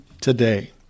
today